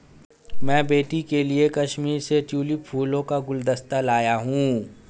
मैं बेटी के लिए कश्मीर से ट्यूलिप फूलों का गुलदस्ता लाया हुं